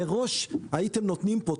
מראש הייתם נותנים פה,